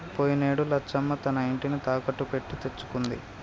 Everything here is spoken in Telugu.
పోయినేడు లచ్చమ్మ తన ఇంటిని తాకట్టు పెట్టి తెచ్చుకుంది